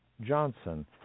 Johnson